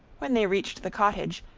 when they reached the cottage,